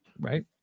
right